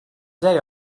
day